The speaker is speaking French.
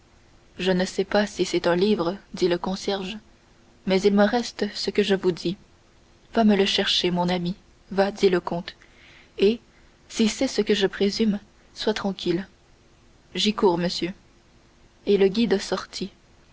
je ne sais pas si c'est un livre dit le concierge mais il me reste ce que je vous dis va me le chercher mon ami va dit le comte et si c'est ce que je présume sois tranquille j'y cours monsieur et le guide sortit